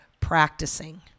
practicing